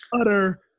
utter